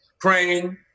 praying